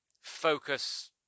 focus